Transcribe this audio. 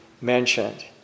mentioned